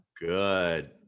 Good